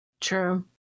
True